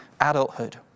adulthood